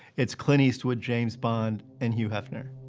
it's clint eastwood, james bond, and hugh hefner.